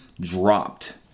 dropped